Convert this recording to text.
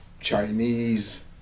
Chinese